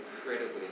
incredibly